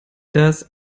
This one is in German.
das